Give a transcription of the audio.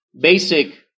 basic